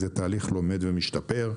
זה תהליך לומד ומשתפר.